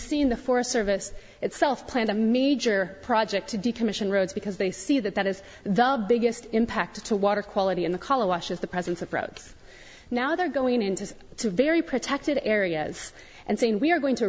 seen the forest service itself plant a major project to decommission roads because they see that that is the biggest impact to water quality in the color washes the presence of roads now they're going into two very protected areas and saying we are going to